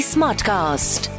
Smartcast